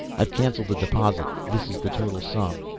i've canceled the deposit, this is the total sum.